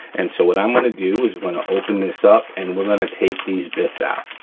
and so, what i'm gonna do is we're gonna open this up and we're gonna take these bits out.